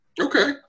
Okay